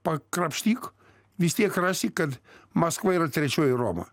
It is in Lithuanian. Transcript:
pakrapštyk vis tiek rasi kad maskva yra trečioji roma